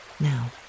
now